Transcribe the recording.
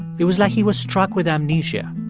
it was like he was struck with amnesia.